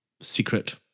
secret